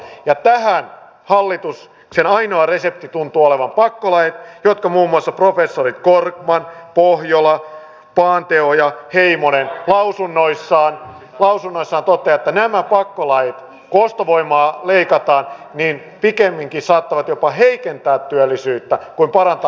ja tähän hallituksen ainoa resepti tuntuu olevan pakkolait joista muun muassa professorit korkman pohjola paanetoja heimonen lausunnoissaan toteavat että nämä pakkolait kun ostovoimaa leikataan pikemminkin saattavat jopa heikentää työllisyyttä kuin parantaa